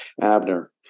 abner